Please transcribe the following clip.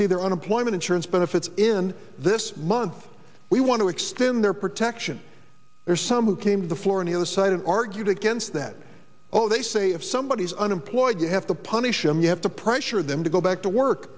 see their unemployment insurance benefits in this month we want to extend their protection there's some who came to the floor in the other side and argued against that oh they say if somebody is unemployed you have to punish him you have to pressure them to go back to work